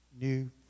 new